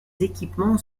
équipements